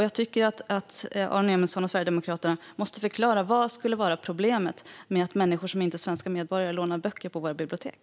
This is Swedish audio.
Jag tycker att Aron Emilsson och Sverigedemokraterna måste förklara vad som är problemet med att människor som inte är svenska medborgare lånar böcker på våra bibliotek.